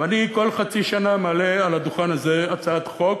ואני כל חצי שנה מעלה על הדוכן הזה הצעת חוק